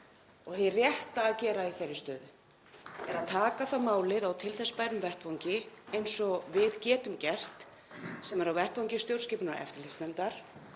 hið rétta að gera í þeirri stöðu, er að taka málið á til þess bærum vettvangi eins og við getum gert, sem er á vettvangi stjórnskipunar- og eftirlitsnefndar